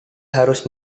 harus